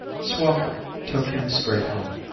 swaffer took him straight home.